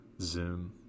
Zoom